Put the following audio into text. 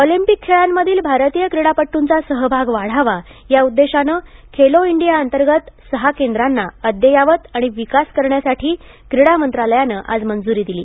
Olympic खेळांतील भारतीय क्रिडापटूंचा सहभाग वाढावा या उद्देशानं खेलो इंडियाअंतर्गत सहा केंद्रांना अद्ययावत आणि विकास करण्यासाठी क्रिडा मंत्रालयानं आज मंजुरी दिली